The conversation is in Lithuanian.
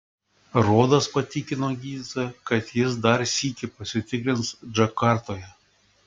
rodas patikino gydytoją kad jis dar sykį pasitikrins džakartoje